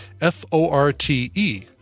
f-o-r-t-e